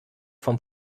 vom